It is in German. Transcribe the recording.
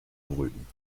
brüten